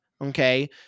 Okay